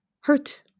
hurt